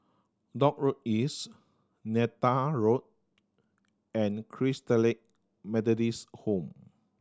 Dock Road East Neythal Road and Christalite Methodist Home